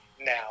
now